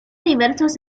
diversos